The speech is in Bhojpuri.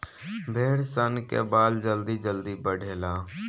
भेड़ सन के बाल जल्दी जल्दी बढ़ेला